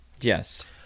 Yes